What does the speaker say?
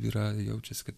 yra jaučiasi kaip